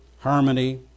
harmony